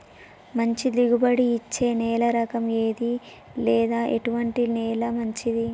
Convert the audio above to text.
మంచి దిగుబడి ఇచ్చే నేల రకం ఏది లేదా ఎటువంటి నేల మంచిది?